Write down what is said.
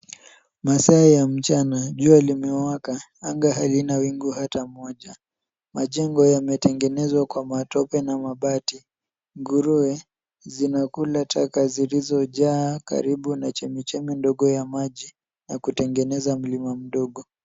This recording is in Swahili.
Masaa ya mchana, jua limewaka, anga halina wingu hata moja. Majengo yametegenezwa kwa matope na mabati. Nguruwe zinakula taka zilizojaa karibu na chemichemi ndogo ya maji na kutegeneza mlima mdogo.